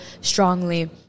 strongly